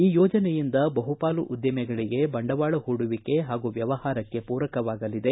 ಈ ಯೋಜನೆಯಿಂದ ಬಹುಪಾಲು ಉದ್ದಿಮೆಗಳಿಗೆ ಬಂಡವಾಳ ಹೂಡುವಿಕೆ ಹಾಗೂ ವ್ಯವಹಾರಕ್ಕೆ ಪೂರಕವಾಗಲಿದೆ